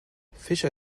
fischer